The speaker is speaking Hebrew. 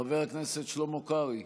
חבר הכנסת שלמה קרעי,